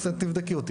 תבדקי אותי.